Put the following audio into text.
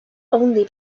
only